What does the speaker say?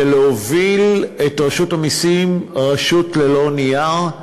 ולהוביל את רשות המסים להיות רשות ללא נייר,